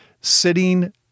sitting